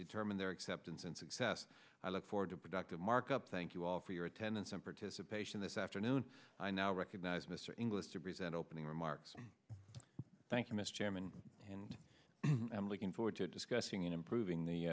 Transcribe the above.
determine their acceptance and success i look forward to productive markup thank you all for your attendance and participation this afternoon i now recognize mr inglis to present opening remarks thank you mr chairman and i'm looking forward to discussing improving